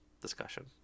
discussion